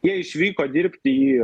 jie išvyko dirbti į